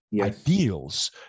ideals